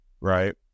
right